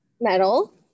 Metal